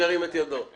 ירים את ידו.